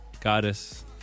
Goddess